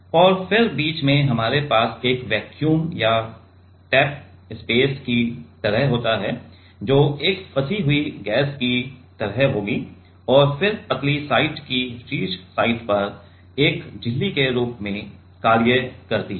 और फिर बीच में हमारे पास एक वैक्यूम या ट्रैप स्पेस की तरह होता है जो एक फंसी हुई गैस की तरह होगी और फिर पतली साइट की शीर्ष साइट एक झिल्ली के रूप में कार्य करती है